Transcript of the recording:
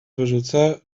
wyrzucę